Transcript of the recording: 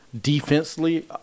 defensively